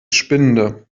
spinde